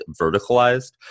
verticalized